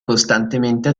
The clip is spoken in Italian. costantemente